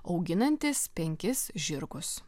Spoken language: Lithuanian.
auginantis penkis žirgus